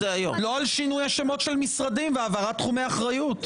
ולא על שינוי שמות של משרדים והעברת תחומי אחריות.